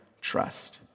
trust